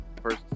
first